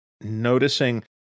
noticing